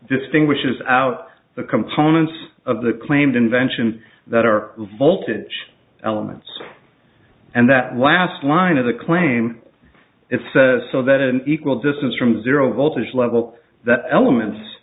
distinguishes out the components of the claimed invention that are voltage elements and that last line of the claim it says so that an equal distance from zero voltage level that elements